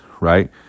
right